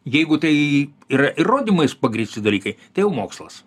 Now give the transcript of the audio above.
jeigu tai yra įrodymais pagrįsti dalykai tai jau mokslas